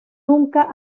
nunca